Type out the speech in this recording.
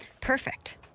Perfect